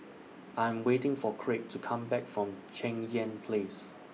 I Am waiting For Kraig to Come Back from Cheng Yan Place